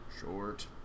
Short